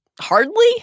Hardly